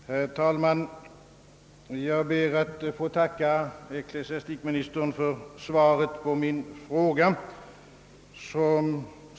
Herr talman! Jag ber att få tacka ecklesiastikministern för svaret på min fråga.